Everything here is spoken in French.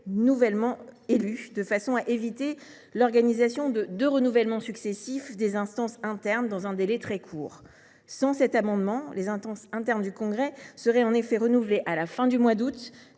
nouvellement élu, de façon à éviter l’organisation de renouvellements successifs des instances internes dans un délai très court. Sans cet amendement, les instances internes du congrès seraient en effet renouvelées à la fin du mois d’août,